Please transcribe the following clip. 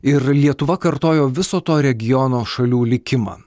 ir lietuva kartojo viso to regiono šalių likimą